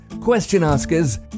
question-askers